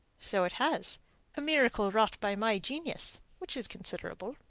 so it has a miracle wrought by my genius, which is considerable.